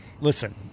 Listen